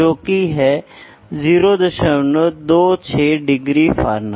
तो यह परिवर्तन यहाँ लेंथ में परिवर्तन है ठीक है प्रेशर में परिवर्तन